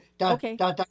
Okay